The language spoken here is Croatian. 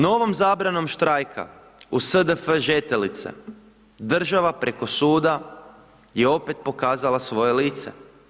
Novom zabranom štrajka, u SDF Žetelice, država preko suda, je opet pokazala svoje lice.